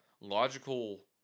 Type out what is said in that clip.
logical